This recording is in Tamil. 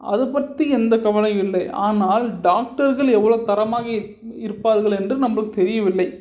அதை பற்றி எந்த கவலையும் இல்லை ஆனால் டாக்டர்கள் எவ்வளோ தரமாக இரு இருப்பார்கள் என்று நம்மளுக்கு தெரியவில்லை